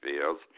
Field's